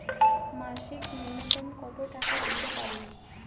মাসিক নূন্যতম কত টাকা দিতে পারি?